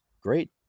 great